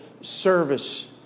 service